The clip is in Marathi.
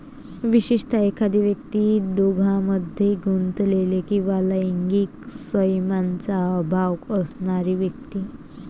विशेषतः, एखादी व्यक्ती दोषांमध्ये गुंतलेली किंवा लैंगिक संयमाचा अभाव असणारी व्यक्ती